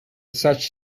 such